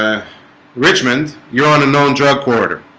ah richmond you're on a known drug corridor